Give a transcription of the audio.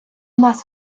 нас